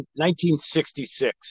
1966